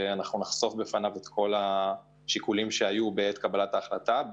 שנחשוף בפניו את כל השיקולים שהיו בעת קבלת ההחלטה.